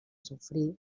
sofrí